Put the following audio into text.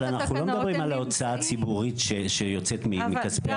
אבל אנחנו לא מדברים על ההוצאה הציבורית שיוצאת מכספי הציבור.